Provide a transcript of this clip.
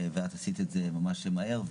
ואת עשית את זה ממש מהר.